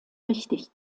richtig